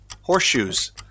Horseshoes